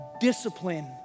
discipline